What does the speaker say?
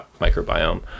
microbiome